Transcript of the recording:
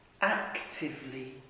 Actively